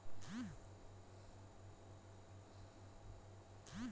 ATM থ্যাইকে তাড়াতাড়ি টাকা তুলা যায় আর সহজে হ্যয়